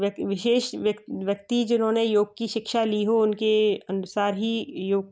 विशेष व्यक्ति जिन्होंने योग की शिक्षा ली हो उनके अनुसार ही योग